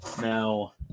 now